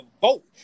vote